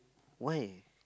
wait